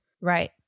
Right